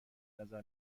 نظر